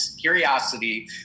curiosity